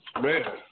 Man